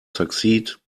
succeed